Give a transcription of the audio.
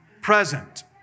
present